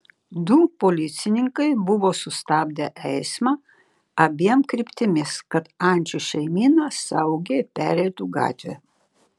du policininkai buvo sustabdę eismą abiem kryptimis kad ančių šeimyna saugiai pereitų gatvę